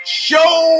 show